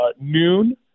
noon